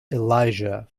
elijah